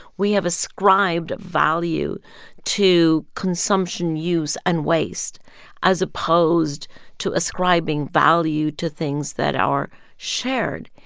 we have ascribed value to consumption use and waste as opposed to ascribing value to things that are shared.